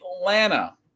Atlanta